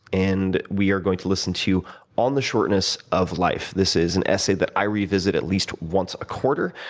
and we are going to listen to on the shortness of life. this is an essay that i revisit at least once a quarter,